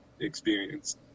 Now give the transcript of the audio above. experience